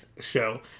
show